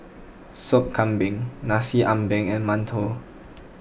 Sop Kambing Nasi Ambeng and Mantou